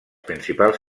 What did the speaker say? principals